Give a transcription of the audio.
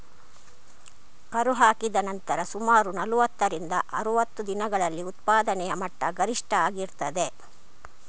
ಕರು ಹಾಕಿದ ನಂತರ ಸುಮಾರು ನಲುವತ್ತರಿಂದ ಅರುವತ್ತು ದಿನಗಳಲ್ಲಿ ಉತ್ಪಾದನೆಯ ಮಟ್ಟ ಗರಿಷ್ಠ ಆಗಿರ್ತದೆ